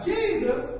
Jesus